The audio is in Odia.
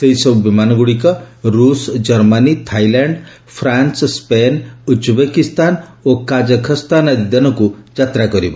ସେହିସବୁ ବିମାନଗୁଡ଼ିକ ରୁଷ ଜର୍ମାନୀ ଥାଇଲାଣ୍ଡ ଫ୍ରାନ୍ସ ସେନ୍ ଉଜ୍ବେକିସ୍ତାନ ଓ କାଜାଖସ୍ତାନ ଆଦି ଦେଶକୁ ଯାତ୍ରା କରିବ